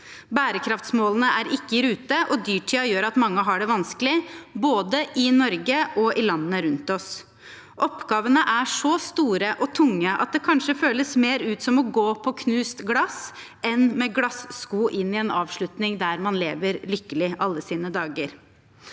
Bærekraftsmålene er ikke i rute, og dyrtiden gjør at mange har det vanskelig, både i Norge og i landene rundt oss. Oppgavene er så store og tunge at det kanskje føles mer som å gå på knust glass enn å gå med glassko inn i en avslutning der man lever lykkelig alle sine dager.